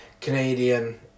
Canadian